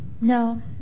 No